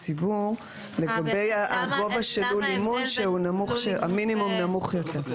הציבור לגבי גובה לול אימון כאשר המינימום נמוך יותר.